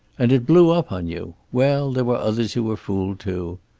and it blew up on you! well, there were others who were fooled, too.